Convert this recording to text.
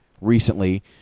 recently